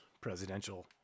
presidential